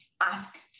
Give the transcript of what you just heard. ask